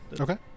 Okay